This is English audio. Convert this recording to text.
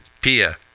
Pia